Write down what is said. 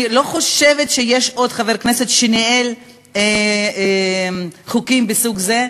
אני לא חושבת שיש עוד חבר כנסת שניהל חוקים מסוג זה,